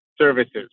services